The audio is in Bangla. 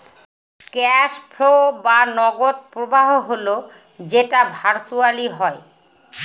ক্যাস ফ্লো বা নগদ প্রবাহ হল যেটা ভার্চুয়ালি হয়